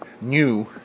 new